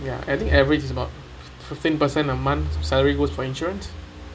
ya I think average is about fifteen percent a month of salary goes for insurance